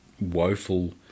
woeful